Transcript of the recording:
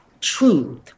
truth